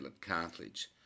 cartilage